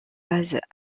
base